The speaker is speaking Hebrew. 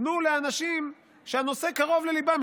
תנו לאנשים שהנושא קרוב לליבם.